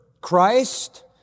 Christ